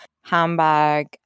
handbag